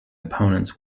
opponents